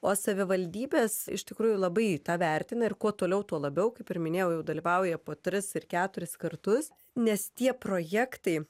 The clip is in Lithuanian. o savivaldybės iš tikrųjų labai vertina ir kuo toliau tuo labiau kaip ir minėjau jau dalyvauja po tris keturis kartus nes tie projektai